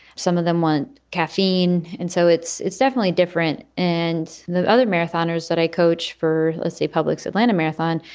some of them want caffeine. and so it's it's definitely different. and the other marathoners that i coach for, let's say, publix, atlanta marathon,